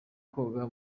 koga